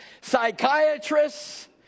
psychiatrists